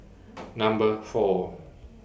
Number four